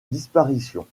disparition